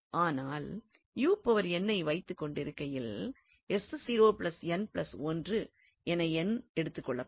ஆனால் ஐ வைத்துக் கொண்டிருக்கையில் என எடுத்துக் கொள்ளப்படும்